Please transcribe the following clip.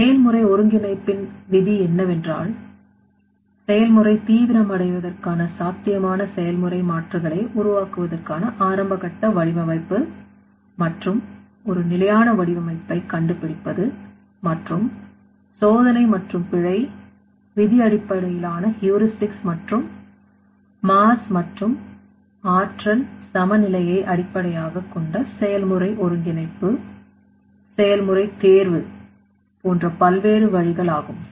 செயல்முறை ஒருங்கிணைப்பின் விதி என்னவென்றால் செயல்முறை தீவிரம் அடைவதற்கான சாத்தியமான செயல்முறை மாற்றுகளை உருவாக்குவதற்கான ஆரம்பகட்ட வடிவமைப்பு மற்றும் ஒரு நிலையான வடிவமைப்பை கண்டு பிடிப்பது மற்றும் சோதனை மற்றும் பிழை விதி அடிப்படையிலான heuristics மற்றும் mass மற்றும் ஆற்றல் சம நிலையை அடிப்படையாகக் கொண்ட செயல்முறை ஒருங்கிணைப்பு செயல்முறை தேர்வு போன்ற பல்வேறு விழிகள ஆகும்